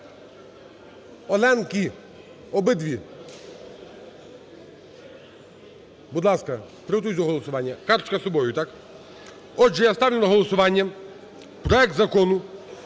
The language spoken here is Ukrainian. Оленки, обидві, будь ласка, приготуйтесь до голосування. Карточка з собою, так? Отже, я ставлю на голосування проект Закону